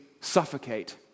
suffocate